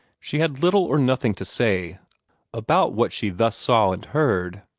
she had little or nothing to say about what she thus saw and heard,